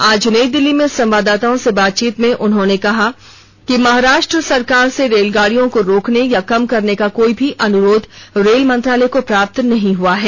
आज नई दिल्ली में संवाददाताओं से बातचीत में उन्होंने कहा कि महाराष्ट्र सरकार से रेलगाडियों को रोकने या कम करने का कोई भी अनुरोध रेल मंत्रालय को प्राप्त नहीं हआ है